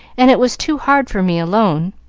and it was too hard for me alone.